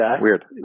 weird